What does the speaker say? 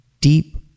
deep